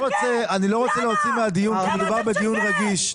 אני לא רוצה להוציא מהדיון כי מדובר בדיון רגיש.